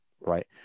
right